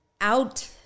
out